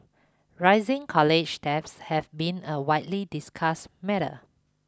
rising college debt has been a widely discussed matter